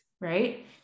Right